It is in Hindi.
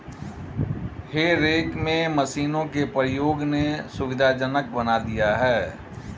हे रेक में मशीनों के प्रयोग ने सुविधाजनक बना दिया है